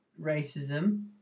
racism